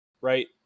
right